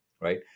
right